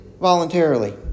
voluntarily